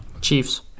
Chiefs